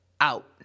out